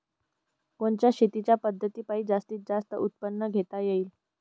कोनच्या शेतीच्या पद्धतीपायी जास्तीत जास्त उत्पादन घेता येईल?